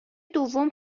دوم